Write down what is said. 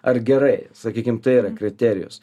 ar gerai sakykim tai yra kriterijus